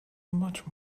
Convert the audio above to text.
much